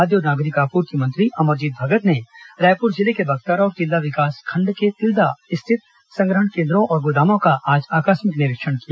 खाद्य और नागरिक आपूर्ति मंत्री अमरजीत भगत ने रायपुर जिले के बकतरा और तिल्दा स्थित संग्रहण केन्द्रों और गोदामों का आकस्मिक निरीक्षण किया